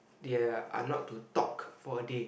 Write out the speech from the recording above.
they're are not to talk for a day